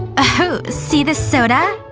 a hoe see this soda